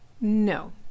No